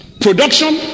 Production